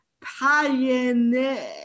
pioneer